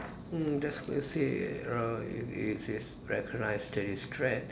mm that's what I say uh it it says recognise terrorist threat